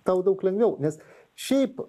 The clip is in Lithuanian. tau daug lengviau nes šiaip